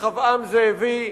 רחבעם זאבי: